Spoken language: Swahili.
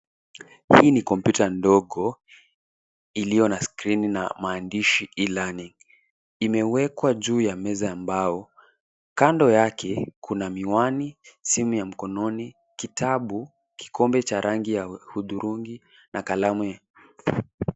Hii kompyuta ndogo iliyo na skrini na maandishi e-learning . Imewekwa juu ya meza ambayo kando yake kuna miwan,i simu ya mkononi, kitabu, kikombe cha rangi ya hudhurungi na kalamu.